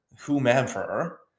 whomever